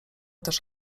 też